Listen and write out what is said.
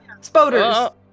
spoders